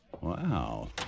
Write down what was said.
Wow